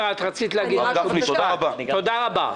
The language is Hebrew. תודה רבה.